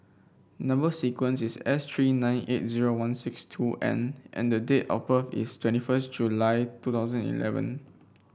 number sequence is S three nine eight zero one six two N and date of birth is twenty first July two thousand and eleven